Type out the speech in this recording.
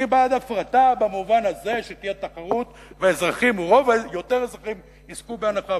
אני בעד הפרטה במובן הזה שתהיה תחרות ויותר אזרחים יזכו בהנחה,